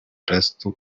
restu